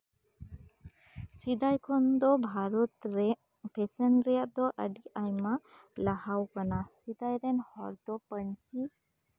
ᱥᱮᱫᱟᱭ ᱠᱷᱚᱱ ᱫᱚ ᱵᱷᱟᱨᱚᱛ ᱨᱮ ᱯᱷᱮᱥᱮᱱ ᱨᱮᱭᱟᱜ ᱫᱚ ᱟᱹᱰᱤ ᱟᱭᱢᱟ ᱞᱟᱦᱟᱣᱟᱠᱟᱱᱟ ᱥᱮᱫᱟᱭ ᱨᱮᱱ ᱦᱚᱲ ᱫᱚ ᱯᱟᱹᱧᱪᱤ